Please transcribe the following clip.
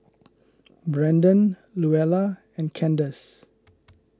Brandan Luella and Kandace